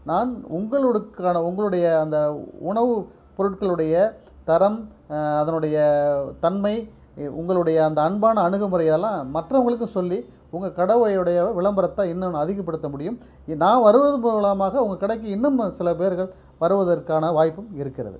நான் உங்களுடுக்கான உங்களுடைய அந்த உணவு பொருட்களுடைய தரம் அதனுடைய தன்மை உங்களுடைய அந்த அன்பான அணுகுமுறையெல்லாம் மற்றவங்களுக்கும் சொல்லி உங்கள் கடையோடைய விளம்பரத்தை இன்னும் நான் அதிகப்படுத்த முடியும் நான் வருவது மூலமாக உங்க கடைக்கு இன்னும் சில பேர்கள் வருவதற்கான வாய்ப்பும் இருக்கிறது